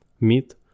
meat